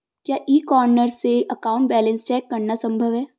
क्या e corner से account balance check करना संभव है?